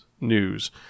news